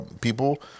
people